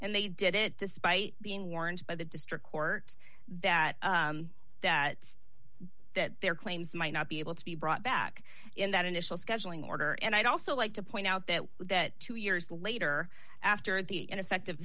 and they did it despite being warned by the district court that that their claims might not be able to be brought back in that initial scheduling order and i'd also like to point out that that two years later after the ineffective